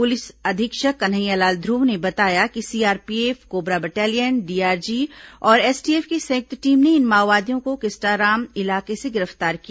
police अधीक्षक कन्हैयालाल ध्रव ने बताया कि सीआरपीएफ कोबरा बटालियन डीआरजी और एसटीएफ की संयुक्त टीम ने इन माओवादियों को किस्टाराम इलाके से गिरफ्तार किया